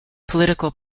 political